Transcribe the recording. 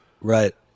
Right